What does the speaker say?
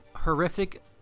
horrific